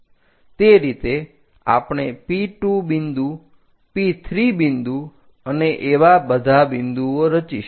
તે રીતે આપણે P2 બિંદુ P3 બિંદુ અને એવા બધા બિંદુઓ રચીશું